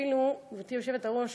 גברתי היושבת-ראש,